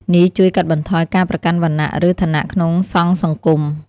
នេះជួយកាត់បន្ថយការប្រកាន់វណ្ណៈ ឬឋានៈក្នុងសង្ឃសង្គម។